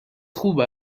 خوب